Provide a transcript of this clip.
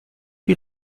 you